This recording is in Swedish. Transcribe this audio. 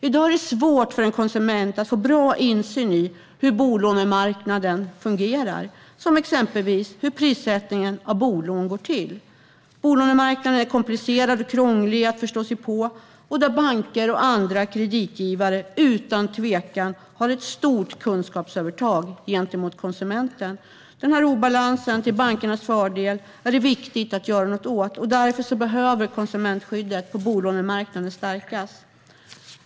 I dag är det svårt för en konsument att få en bra insyn i hur bolånemarknaden fungerar, till exempel hur prissättningen av bolån går till. Bolånemarknaden är komplicerad och krånglig att förstå sig på, och banker och andra kreditgivare har utan tvekan ett stort kunskapsövertag gentemot konsumenten. Denna obalans till bankernas fördel är viktig att göra något åt, och därför behöver konsumentskyddet på bolånemarknaden stärkas.